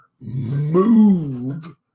move